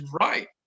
right